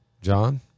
John